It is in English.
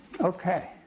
Okay